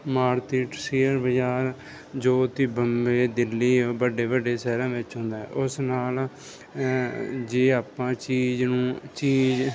ਮਾਰਤਿਟ ਸ਼ੇਅਰ ਬਾਜ਼ਾਰ ਜੋ ਕਿ ਬੰਬੇ ਦਿੱਲੀ ਵੱਡੇ ਵੱਡੇ ਸ਼ਹਿਰਾਂ ਵਿੱਚ ਹੁੰਦਾ ਹੈ ਉਸ ਨਾਲ ਜੇ ਆਪਾਂ ਚੀਜ਼ ਨੂੰ ਚੀਜ਼